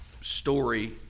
story